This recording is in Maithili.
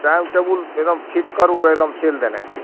टाइम टेबुल एगदम फिट करू एगदम चलि देनाइ छै